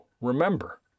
remember